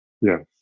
Yes